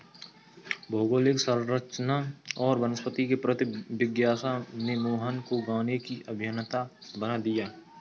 भौगोलिक संरचना और वनस्पति के प्रति जिज्ञासा ने मोहन को गाने की अभियंता बना दिया